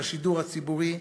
לשידור הציבורי,